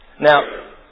Now